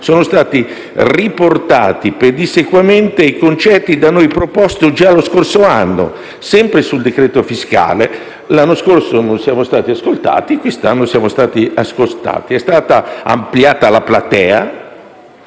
sono stati riportati pedissequamente i concetti da noi proposti già lo scorso anno sempre sul decreto fiscale. L'anno scorso non siamo stati ascoltati, quest'anno siamo stati ascoltati. È stata ampliata la platea.